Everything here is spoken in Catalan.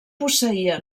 posseïa